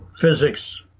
physics